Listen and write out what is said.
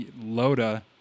LODA